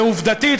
ועובדתית,